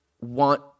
want